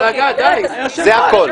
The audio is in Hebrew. זה הכול,